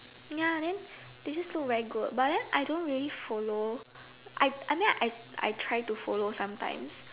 ya then they just look very good but then I don't really follow I I mean I I try to follow sometimes